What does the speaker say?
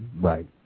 right